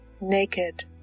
Naked